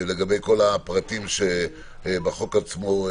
לגבי כל הפרטים שיש בחוק עצמו.